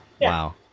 Wow